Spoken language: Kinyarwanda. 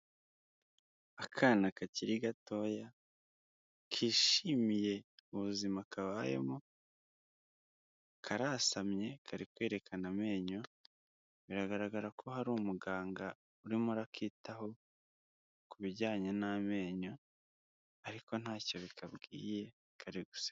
Akana kakiri gatoya, kishimiye ubuzima kabayemo, karasamye kari kwerekana amenyo, biragaragara ko hari umuganga urimo urakitaho kubijyanye n'amenyo, ariko ntacyo bikabwiye kari guseka.